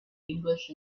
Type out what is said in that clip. english